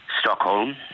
Stockholm